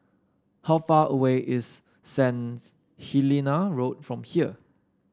how far away is Saint Helena Road from here